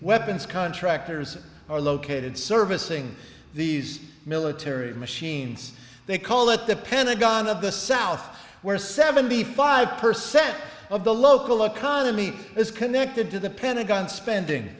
weapons contractors are located servicing these military machines they call it the pentagon of the south where seventy five percent of the local economy is connected to the pentagon spending